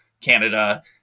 Canada